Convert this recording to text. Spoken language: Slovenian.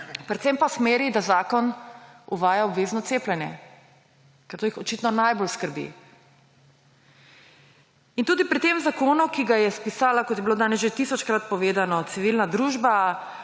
predvsem pa v smeri, da zakon uvaja obvezno cepljenje, ker to jih očitno najbolj skrbi. Tudi pri tem zakonu, ki ga je spisala, kot je bilo danes že tisočkrat povedano, civilna družba,